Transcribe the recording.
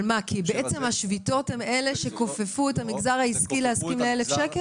כי השביתות הן אלה שכופפו את המגזר העסקי להסכים ל-1,000 שקל?